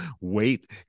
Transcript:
wait